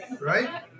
right